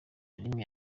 n’imwe